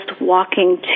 walking